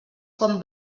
com